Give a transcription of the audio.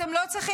אתם לא צריכים,